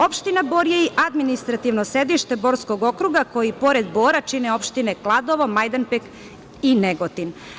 Opština Bor je i administrativno sedište Borskog okruga, koji pored Bora, čine opštine Kladovo, Majdanpek i Negotin.